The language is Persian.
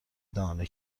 دانه